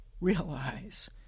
realize